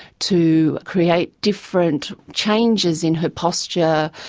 to create different changes in her posture,